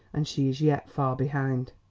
and she is yet far behind.